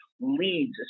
leads